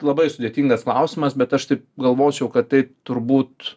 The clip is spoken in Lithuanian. labai sudėtingas klausimas bet aš taip galvočiau kad tai turbūt